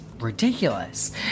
ridiculous